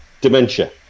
dementia